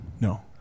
No